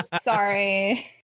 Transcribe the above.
sorry